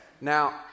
Now